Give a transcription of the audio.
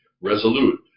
resolute